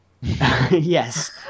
Yes